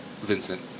Vincent